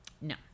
No